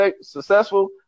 successful